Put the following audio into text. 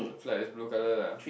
the flag is blue color lah